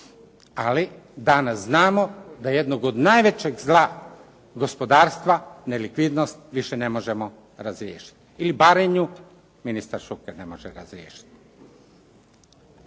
Ali danas znamo da jednog od najvećeg zla gospodarstva nelikvidnost više ne možemo razriješiti ili barem nju ministar Šuker ne može razriješiti.